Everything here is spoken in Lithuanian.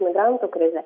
migrantų krizė